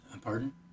Pardon